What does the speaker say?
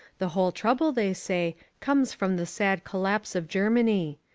the whole trouble, they say, comes from the sad collapse of germany.